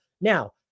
now